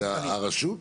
הרשות?